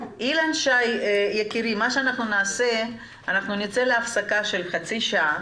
אילן שי, יקירי, אנחנו נצא להפסקה של חצי שעה